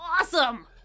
awesome